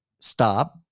stop